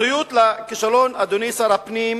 האחריות לכישלון, אדוני שר הפנים,